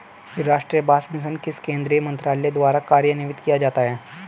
राष्ट्रीय बांस मिशन किस केंद्रीय मंत्रालय द्वारा कार्यान्वित किया जाता है?